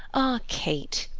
ah, kate!